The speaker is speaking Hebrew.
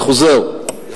אני חוזר,